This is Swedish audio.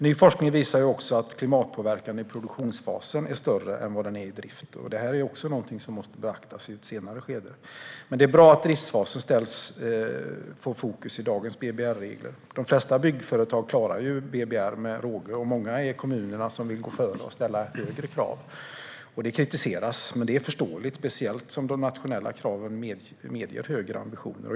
Ny forskning visar att klimatpåverkan i produktionsfasen är större än vad den är i drift. Det är också något som måste beaktas i ett senare skede. Men det är bra att driftsfasen får fokus i dagens BBR-regler. De flesta byggföretag klarar ju BBR med råge, och många är de kommuner som vill gå före och ställa högre krav. Det kritiseras, men det är förståeligt - speciellt som de nationella kraven medger högre ambitioner.